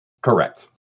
correct